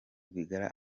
rwigara